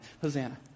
Hosanna